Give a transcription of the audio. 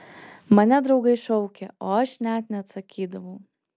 mane draugai šaukė o aš net neatsakydavau